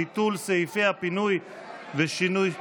ביטול סעיפי הפינוי ושינוי,